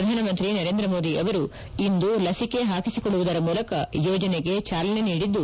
ಪ್ರಧಾನಮಂತ್ರಿ ನರೇಂದ್ರ ಮೋದಿ ಅವರು ಇಂದು ಲಸಿಕೆ ಹಾಕಿಸಿಕೊಳ್ಳುವುದರ ಮೂಲಕ ಯೋಜನೆಗೆ ಚಾಲನೆ ನೀಡಿದ್ದು